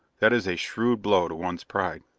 that is a shrewd blow to one's pride.